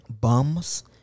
Bums